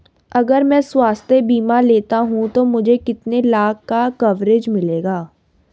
अगर मैं स्वास्थ्य बीमा लेता हूं तो मुझे कितने लाख का कवरेज मिलेगा?